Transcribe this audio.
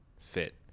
fit